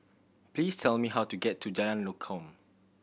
please tell me how to get to Jalan Lokam